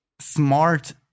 smart